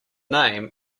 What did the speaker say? name